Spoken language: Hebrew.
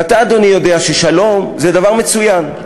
ואתה, אדוני, יודע ששלום זה דבר מצוין.